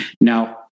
Now